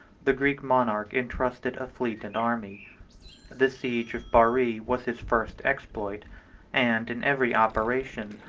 the greek monarch intrusted a fleet and army the siege of bari was his first exploit and, in every operation,